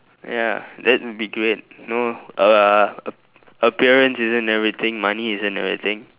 ya that would be great you know uh appearance isn't everything money isn't everything